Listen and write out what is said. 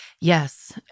yes